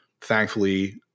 thankfully